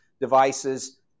devices